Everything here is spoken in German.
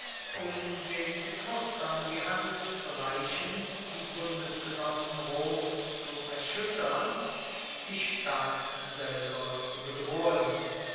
um den etruskern die hand zu reichen die bundesgenossen roms zu erschuettern die stadt selber zu bedrohen